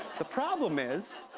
the problem is.